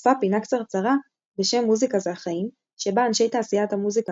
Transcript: נוספה פינה קצרצרה בשם "מוזיקה זה החיים" שבה אנשי תעשיית המוזיקה